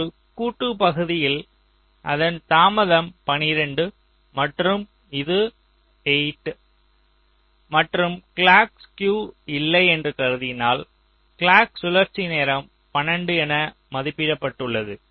ஒரு கூட்டு பகுதியில் அதன் தாமதம் 12 மற்றும் இது 8 மற்றும் கிளாக் ஸ்குயு இல்லை என்று கருதினால் கிளாக் சுழற்சி நேரம் 12 என மதிப்பிடப்பட்டுள்ளது